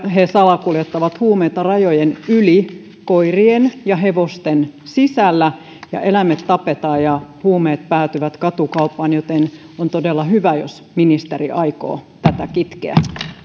he salakuljettavat huumeita rajojen yli koirien ja hevosten sisällä ja eläimet tapetaan ja huumeet päätyvät katukauppaan joten on todella hyvä jos ministeri aikoo tätä kitkeä